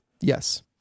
Yes